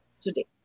today